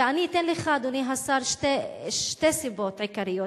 ואני אתן לך, אדוני השר, שתי סיבות עיקריות.